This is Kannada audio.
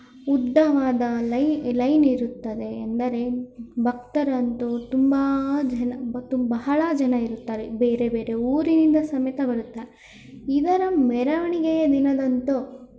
ಉದ್ದವಾದ ಲೈ ಲೈನ್ ಇರುತ್ತದೆ ಎಂದರೆ ಭಕ್ತರದ್ದು ತುಂಬ ಜನ ಬ ತು ಬಹಳ ಜನ ಇರುತ್ತಾರೆ ಬೇರೆ ಬೇರೆ ಊರಿನಿಂದ ಸಮೇತ ಬರುತ್ತಾರೆ ಇದರ ಮೆರವಣಿಗೆಯ ದಿನದಂದು